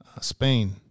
Spain